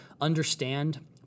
understand